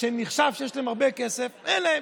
שנחשב שיש להם הרבה כסף, אין להם.